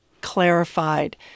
clarified